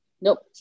nope